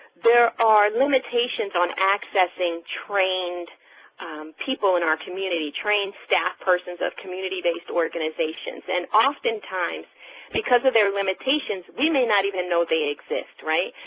there are limitations on accessing trained people in our community, trained staff persons of community based organizations. and oftentimes because of their limitations we may not even know they and exist, right?